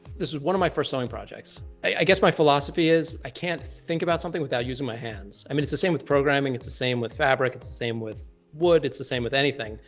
this is one of my first sewing projects. i guess my philosophy is, i can't think about something without using my hands. i mean, it's the same with programming. it's the same with fabric. it's the same with wood. it's the same with anything.